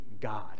God